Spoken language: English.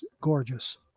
gorgeous